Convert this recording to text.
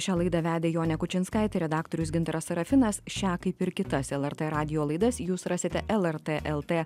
šią laidą vedė jonė kučinskaitė redaktorius gintaras serafinas šią kaip ir kitas lrt radijo laidas jūs rasite lrt lt